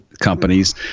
companies